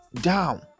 down